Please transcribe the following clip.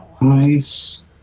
Nice